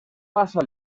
passa